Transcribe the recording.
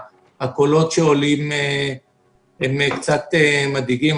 הקולות שעולים קצת מדאיגים.